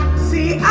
see